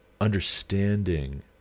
understanding